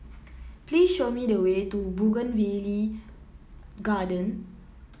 please show me the way to Bougainvillea Garden